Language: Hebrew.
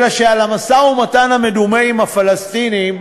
אלא שלמשא-ומתן המדומה עם הפלסטינים